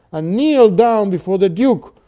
ah kneeled down before the duke,